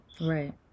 right